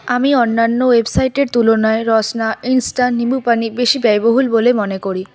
আমি অন্যান্য ওয়েবসাইটের তুলনায় রসনা ইন্সটা নিম্বুপানি বেশি ব্যয়বহুল বলে মনে করি